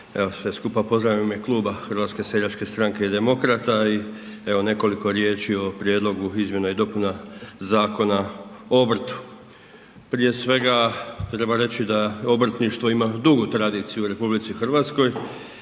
skupa pozdravljam u ime kluba HSS-a i Demokrata i evo nekoliko riječi o prijedlogu izmjena i dopuna Zakona o obrtu. Prije svega treba reći da obrtništvo ima dugu tradiciju u RH i da su